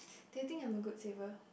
do you think I'm a good saver